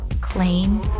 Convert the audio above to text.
claim